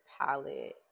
palette